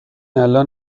الان